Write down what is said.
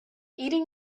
eating